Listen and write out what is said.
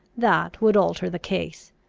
that would alter the case.